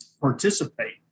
participate